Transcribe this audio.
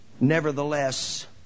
Nevertheless